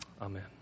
Amen